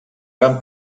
gran